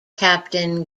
captain